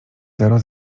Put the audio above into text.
zero